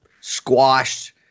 squashed